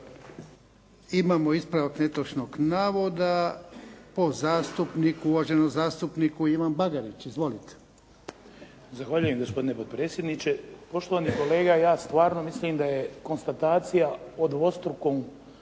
Imamo ispravak netočnog navoda, uvaženi zastupnik Ivan Bagarić. Izvolite. **Bagarić, Ivan (HDZ)** Zahvaljujem, gospodine potpredsjedniče. Poštovani kolega, ja stvarno mislim da je konstatacija o dvostrukom